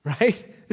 right